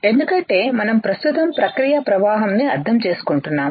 ఎందుకంటే మనం ప్రస్తుతం ప్రక్రియ ప్రవాహం ని అర్థం చేసుకుంటున్నాము